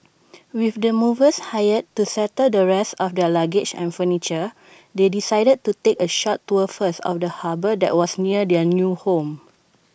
with the movers hired to settle the rest of their luggage and furniture they decided to take A short tour first of the harbour that was near their new home